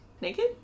naked